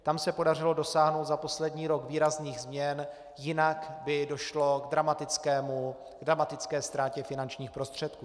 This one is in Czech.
Tam se podařilo dosáhnout za poslední rok výrazných změn, jinak by došlo k dramatické ztrátě finančních prostředků.